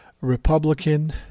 Republican